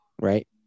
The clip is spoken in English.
right